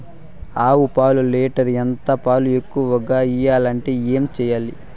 ఆవు పాలు లీటర్ ఎంత? పాలు ఎక్కువగా ఇయ్యాలంటే ఏం చేయాలి?